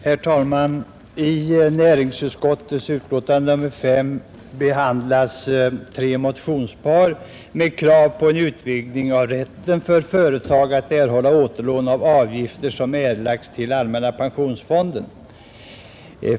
Herr talman! I näringsutskottets betänkande nr 5 behandlas tre motioner med krav på en utvidgning av rätten för företag att erhålla återlån av avgifter som erlagts till allmänna pensionsfonden.